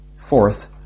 Fourth